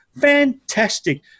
Fantastic